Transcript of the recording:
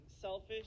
selfish